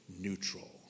neutral